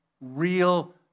real